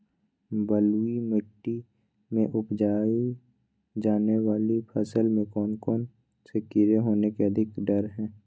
बलुई मिट्टी में उपजाय जाने वाली फसल में कौन कौन से कीड़े होने के अधिक डर हैं?